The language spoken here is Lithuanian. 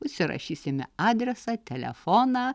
užsirašysime adresą telefoną